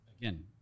again